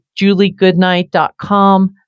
juliegoodnight.com